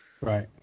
Right